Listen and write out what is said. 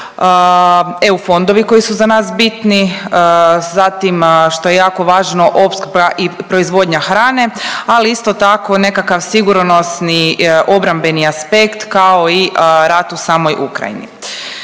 EU fondovi koji su za nas bitni, zatim što je jako važno opskrba i proizvodnja hrane, ali isto tako nekakav sigurnosni obrambeni aspekt, kao i rat u samoj Ukrajini.